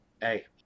Hey